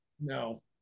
No